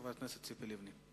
חברת הכנסת ציפי לבני.